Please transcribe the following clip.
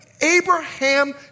Abraham